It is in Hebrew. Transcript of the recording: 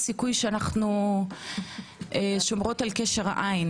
יש פה את כתב המינוי של הצוות כפי שניתן לראות.